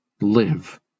live